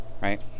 right